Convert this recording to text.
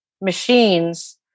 machines